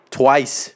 twice